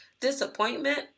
disappointment